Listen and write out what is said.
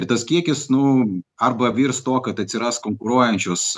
ir tas kiekis nu arba virs tuo kad atsiras konkuruojančios